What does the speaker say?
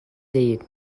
değil